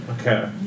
Okay